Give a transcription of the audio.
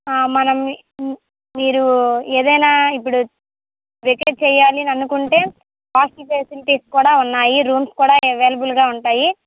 ఆ మనం మీరు ఏదైనా ఇప్పుడు వెకేట్ చేయాలి అని అనుకుంటే హాస్టల్ ఫెసిలిటీస్ కూడా ఉన్నాయి రూమ్స్ కూడా అవైలబుల్గా ఉంటాయి